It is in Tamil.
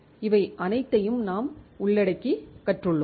இவை அனைத்தையும் நாம் உள்ளடக்கி கற்றுள்ளோம்